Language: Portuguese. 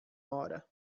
hora